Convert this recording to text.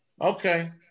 Okay